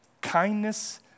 kindness